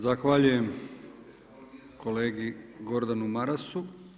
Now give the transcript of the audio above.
Zahvaljujem kolegi Gordanu Marasu.